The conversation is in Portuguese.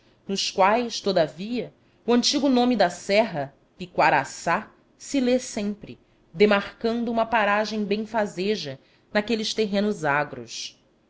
nos quais todavia o antigo nome da serra piquaraçá se lê sempre demarcando uma paragem benfazeja naqueles terrenos agros